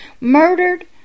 murdered